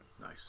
Nice